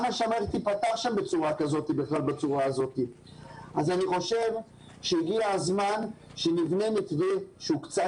אני חושבת שאלה דברים שלא